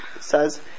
says